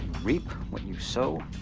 reap what you sow,